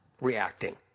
reacting